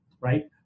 right